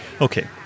okay